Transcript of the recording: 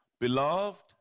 Beloved